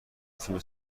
فیلم